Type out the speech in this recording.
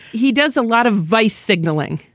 he does a lot of vice signaling.